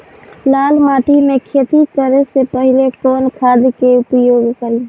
लाल माटी में खेती करे से पहिले कवन खाद के उपयोग करीं?